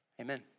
Amen